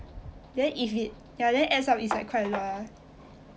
then if it ya then adds up is like quite a lot ah